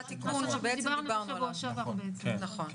נכון,